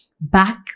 back